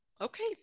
okay